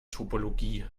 topologie